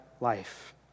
life